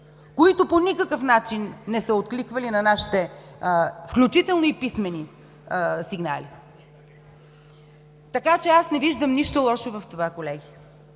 които по никакъв начин не са откликвали на нашите, включително и писмени сигнали. Така че аз не виждам нищо лошо в това, колеги!